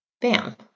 Bam